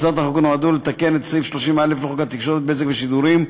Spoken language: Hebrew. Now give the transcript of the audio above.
הצעת החוק נועדה לתקן את סעיף 30א לחוק התקשורת (בזק ושידורים),